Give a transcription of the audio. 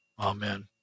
Amen